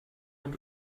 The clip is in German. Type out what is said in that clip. und